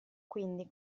quindi